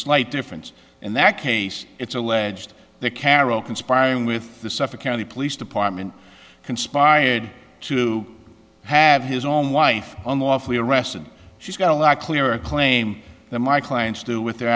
slight difference in that case it's alleged that carol conspiring with the suffolk county police department conspired to have his own wife unlawfully arrested she's got a lot clearer a claim that my clients do with their